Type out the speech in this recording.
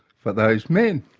for those men.